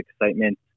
excitement